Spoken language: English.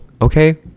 okay